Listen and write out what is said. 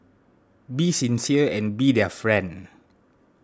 be sincere and be their friend